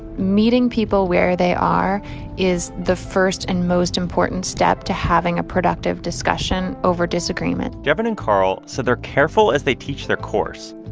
meeting people where they are is the first and most important step to having a productive discussion over disagreement jevin and carl said they're careful as they teach their course,